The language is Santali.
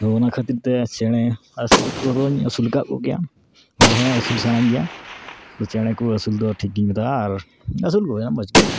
ᱟᱫᱚ ᱚᱱᱟ ᱠᱷᱟᱹᱛᱤᱨ ᱛᱮ ᱪᱮᱬᱮ ᱟᱹᱥᱩᱞ ᱠᱚᱫᱚᱧ ᱟᱹᱥᱩᱞ ᱟᱠᱟᱫ ᱠᱚᱜᱮᱭᱟ ᱟᱨᱦᱚᱸ ᱟᱹᱥᱩᱞ ᱥᱟᱱᱟᱧ ᱜᱮᱭᱟ ᱛᱳ ᱪᱮᱬᱮ ᱠᱚ ᱟᱹᱥᱩᱞ ᱫᱚ ᱴᱷᱤᱠ ᱜᱮᱧ ᱢᱮᱛᱟᱜᱼᱟ ᱟᱨ ᱟᱹᱥᱩᱞ ᱠᱚ ᱜᱮᱭᱟᱧ ᱢᱚᱡᱽ ᱜᱮ ᱤᱭᱟᱹᱛᱮ